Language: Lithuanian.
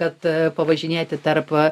kad pavažinėti tarp